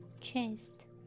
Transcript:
chest